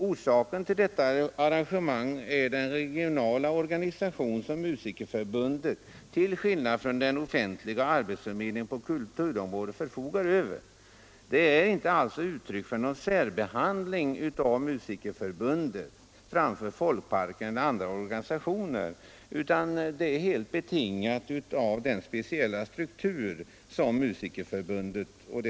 Orsaken till detta arrangemang är den regionala organisation bundet gentemot folkparkerna eller andra organisationer utan är helt be